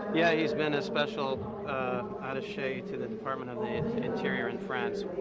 yeah, he's been a special attache to the department of the interior in france.